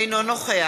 אינו נוכח